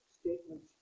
statements